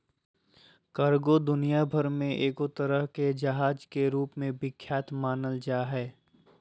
cargo दुनिया भर मे एगो तरह के जहाज के रूप मे विख्यात मानल जा हय